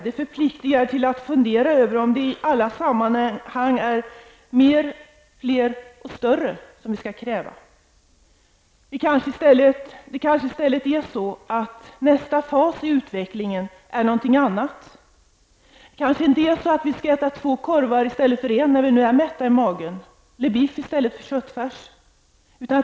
Det förpliktar till att fundera över om vi i alla sammanhang skall kräva mer, fler och större. I stället är det kanske så att nästa fas i utvecklingen är något annat. Vi kanske inte skall äta två korvar i stället för en när vi nu är mätta i magen, eller biff i stället för köttfärs.